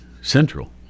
Central